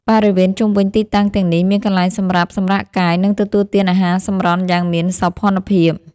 បរិវេណជុំវិញទីតាំងទាំងនេះ មានកន្លែងសម្រាប់សម្រាកកាយ និងទទួលទានអាហារសម្រន់យ៉ាងមានសោភ័ណភាព។